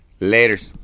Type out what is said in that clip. laters